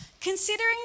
Considering